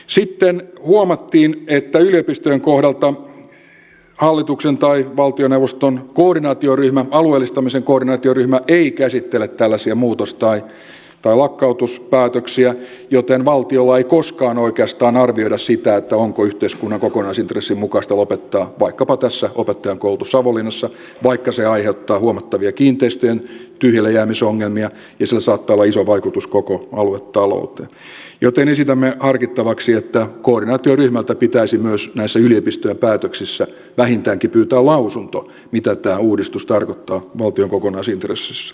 sitten huomattiin että yliopistojen kohdalta hallituksen tai valtioneuvoston koordinaatioryhmä alueellistamisen koordinaatioryhmä ei käsittele tällaisia muutos tai lakkautuspäätöksiä joten valtiolla ei koskaan oikeastaan arvioida sitä onko yhteiskunnan kokonaisintressin mukaista lopettaa vaikkapa tässä opettajankoulutus savonlinnassa vaikka se aiheuttaa huomattavia kiinteistöjen tyhjällejäämisongelmia ja sillä saattaa olla iso vaikutus koko aluetalouteen joten esitämme harkittavaksi että koordinaatioryhmältä pitäisi myös näissä yliopistojen päätöksissä vähintäänkin pyytää lausunto mitä tämä uudistus tarkoittaa valtion kokonaisintressissä